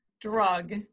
drug